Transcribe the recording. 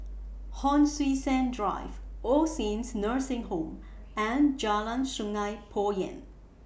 Hon Sui Sen Drive All Saints Nursing Home and Jalan Sungei Poyan